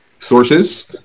Sources